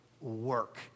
work